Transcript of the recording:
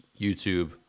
YouTube